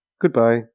goodbye